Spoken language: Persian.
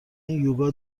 یوگا